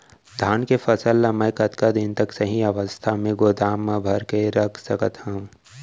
धान के फसल ला मै कतका दिन तक सही अवस्था में गोदाम मा भर के रख सकत हव?